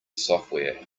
software